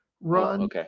run